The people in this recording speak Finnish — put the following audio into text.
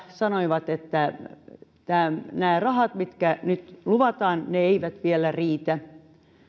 sanoivat että nämä rahat mitkä nyt luvataan eivät vielä riitä